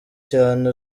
cyane